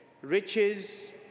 Riches